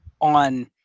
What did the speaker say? on